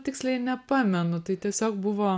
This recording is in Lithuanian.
tiksliai nepamenu tai tiesiog buvo